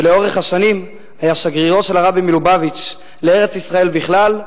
שלאורך השנים היה שגרירו של הרבי מלובביץ' לארץ-ישראל בכלל,